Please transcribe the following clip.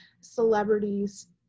celebrities